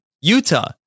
Utah